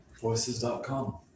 Voices.com